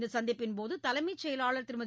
இந்த சந்திப்பின்போது தலைமைச் செயலாளர் திருமதி